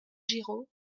giraud